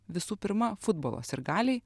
visų pirma futbolo sirgaliai